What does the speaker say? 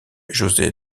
josé